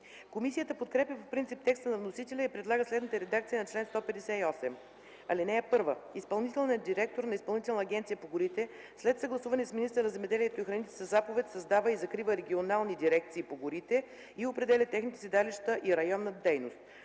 Комисията подкрепя по принцип текста на вносителя и предлага следната редакция на чл. 158: „Чл. 158. (1) Изпълнителният директор на Изпълнителната агенция по горите, след съгласуване с министъра на земеделието и храните, със заповед създава и закрива регионални дирекции по горите и определя техните седалища и район на дейност.